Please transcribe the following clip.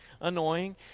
annoying